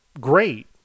great